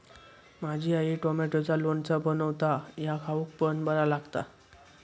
माझी आई टॉमॅटोचा लोणचा बनवता ह्या खाउक पण बरा लागता